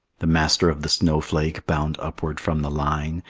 the master of the snowflake, bound upward from the line,